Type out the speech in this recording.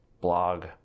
blog